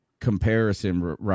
comparison